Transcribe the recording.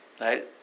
Right